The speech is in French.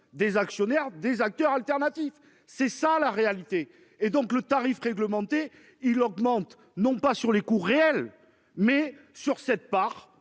des actionnaires des acteurs alternatifs. C'est ça la réalité et donc le tarif réglementé, il augmente non pas sur les cours réels mais sur cette part